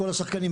כל השחקנים,